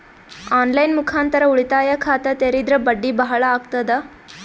On line ಮುಖಾಂತರ ಉಳಿತಾಯ ಖಾತ ತೇರಿದ್ರ ಬಡ್ಡಿ ಬಹಳ ಅಗತದ?